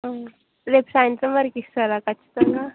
రేపు సాయంత్రం వరకు ఇస్తారా ఖచ్చితంగా